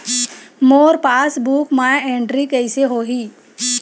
मोर passbook मा entry कइसे होही?